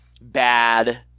bad